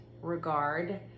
regard